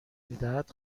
میدهد